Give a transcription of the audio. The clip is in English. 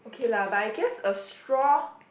okay lah but I guess a straw